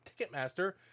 Ticketmaster